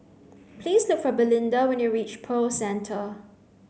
please look for Belinda when you reach Pearl Centre